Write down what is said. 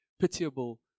pitiable